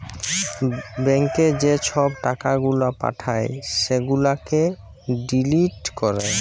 ব্যাংকে যে ছব টাকা গুলা পাঠায় সেগুলাকে ডিলিট ক্যরে